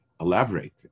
elaborate